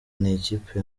nikipe